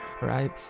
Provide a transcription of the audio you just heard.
right